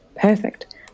perfect